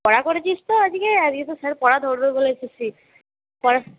পড়া করেছিস তো আজকে আজকে তো স্যার পড়া ধরবে বলেছে সেই পড়া